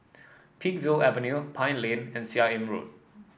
Peakville Avenue Pine Lane and Seah Im Road